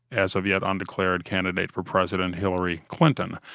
as of yet undeclared candidate for president hillary clinton.